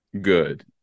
good